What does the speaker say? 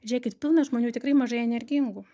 žėkit pilna žmonių tikrai mažai energingų